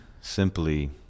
simply